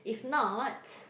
if not